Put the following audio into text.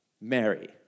Mary